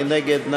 מי נגד?